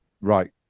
right